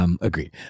Agreed